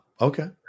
okay